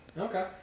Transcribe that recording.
Okay